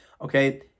Okay